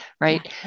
right